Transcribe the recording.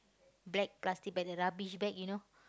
black plastic bag the rubbish bag you know